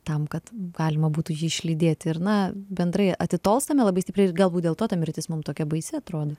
tam kad galima būtų jį išlydėti ir na bendrai atitolstame labai stipriai ir galbūt dėl to ta mirtis mum tokia baisi atrodo